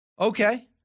okay